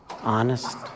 Honest